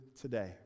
today